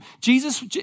Jesus